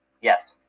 Yes